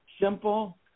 simple